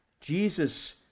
Jesus